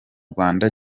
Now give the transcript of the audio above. rwanda